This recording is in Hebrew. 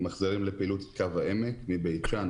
מחזירים לפעילות את קו העמק מבית שאן,